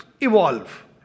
evolve